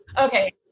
Okay